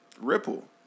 Ripple